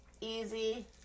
Easy